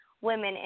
women